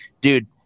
dude